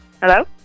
Hello